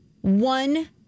one